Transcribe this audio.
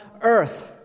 earth